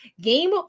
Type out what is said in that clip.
Game